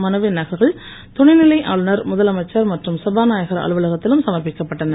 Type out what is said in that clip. மனுவின் நகல்கள் துணைநிலை ஆளுநர் முதலமைச்சர் மற்றும் சபாநாயகர் அலுவலகத்திலும் சமர்ப்பிக்கப்பட்டன